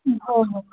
हो हो